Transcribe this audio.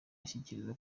ashyikirizwa